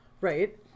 Right